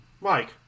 Mike